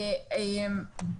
והיום אין לה שום משמעות,